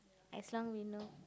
as long you know